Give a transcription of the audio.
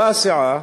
באה סיעה